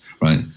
right